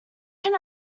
can